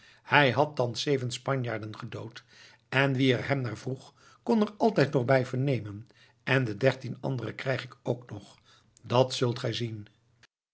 hij had thans zeven spanjaarden gedood en wie er hem naar vroeg kon er altijd nog bij vernemen en de dertien andere krijg ik ook nog dat zult gij zien